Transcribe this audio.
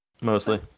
Mostly